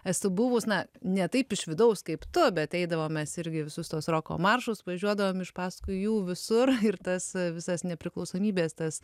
esu buvus na ne taip iš vidaus kaip tu bet eidavom mes irgi visus tuos roko maršus važiuodavom iš paskui jų visur ir tas visas nepriklausomybės tas